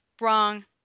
Wrong